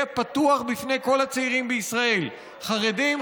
יהיה פתוח בפני כל הצעירים בישראל: חרדים,